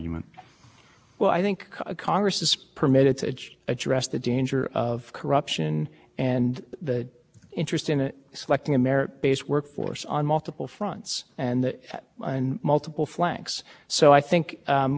contractor had made a number of contributions to try to win business to renovate the motor vehicle system it was awarded on a competitive contract is four hundred million dollars they use their contributions and